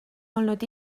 olnud